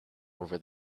over